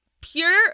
pure